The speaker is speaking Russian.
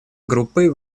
группой